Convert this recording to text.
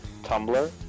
Tumblr